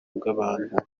bw’abantu